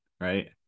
Right